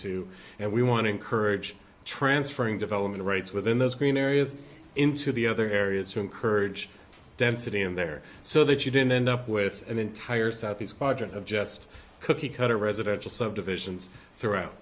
two and we want to encourage transferring development rights within those green areas into the other areas to encourage density in there so that you didn't end up with an entire southeast quadrant of just cookie cutter residential subdivisions throughout